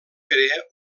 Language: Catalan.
crea